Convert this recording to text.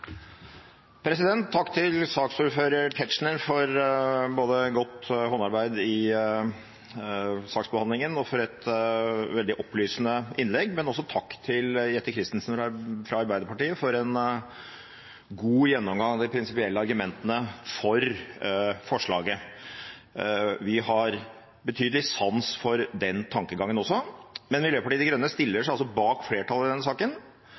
Takk til saksordfører Tetzschner både for godt arbeid i saksbehandlingen og for et veldig opplysende innlegg, men takk også til Jette F. Christensen fra Arbeiderpartiet for en god gjennomgang av de prinsipielle argumentene for forslaget. Vi har betydelig sans for den tankegangen også, men Miljøpartiet De Grønne stiller seg altså bak flertallet i denne saken